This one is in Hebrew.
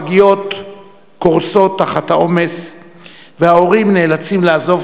הפגיות קורסות תחת העומס וההורים נאלצים לעזוב